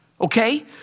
okay